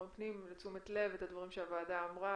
פנים לתשומת לב את הדברים שהוועדה אמרה,